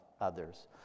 others